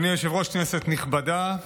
אדוני היושב-ראש, כנסת נכבדה,